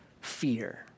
fear